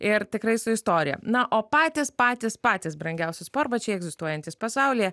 ir tikrai su istorija na o patys patys patys brangiausi sportbačiai egzistuojantys pasaulyje